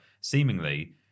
seemingly